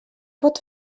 pot